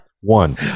One